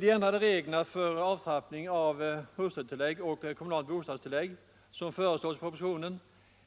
De ändrade regler för avtrappning av hustrutillägg och kommunalt bostadstillägg som föreslås i propositionen